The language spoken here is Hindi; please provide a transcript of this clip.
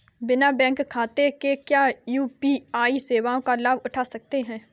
बिना बैंक खाते के क्या यू.पी.आई सेवाओं का लाभ उठा सकते हैं?